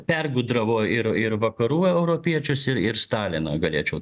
pergudravo ir ir vakarų europiečius ir ir staliną galėčiau